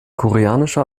koreanische